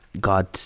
God